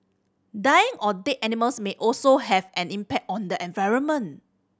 dying or dead animals may also have an impact on the environment